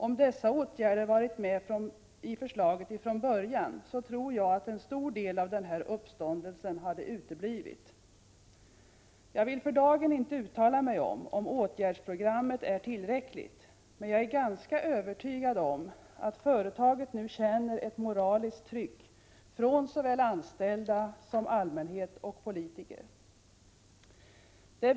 Om dessa åtgärder hade varit med i förslaget från början, tror jag att en stor del av den här uppståndelsen hade uteblivit. Jag vill för dagen inte uttala mig om huruvida åtgärdsprogrammet är tillräckligt, men jag är ganska övertygad om att företaget nu känner ett moraliskt tryck från såväl anställda som allmänhet och politiker.